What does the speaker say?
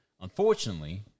unfortunately